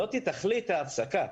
זו תכלית ההפסקה,